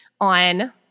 on